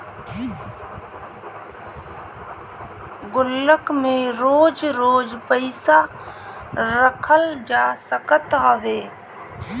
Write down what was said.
गुल्लक में रोज रोज पईसा रखल जा सकत हवे